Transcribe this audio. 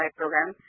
program